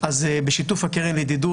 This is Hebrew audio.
אז בשיתוף הקרן לידידות,